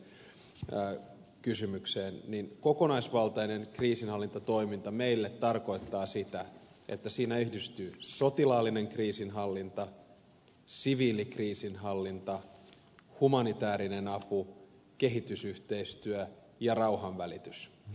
laukkasen viimeiseen kysymykseen niin kokonaisvaltainen kriisinhallintatoiminta meille tarkoittaa sitä että siinä yhdistyy sotilaallinen kriisinhallinta siviilikriisinhallinta humanitäärinen apu kehitysyhteistyö ja rauhanvälitys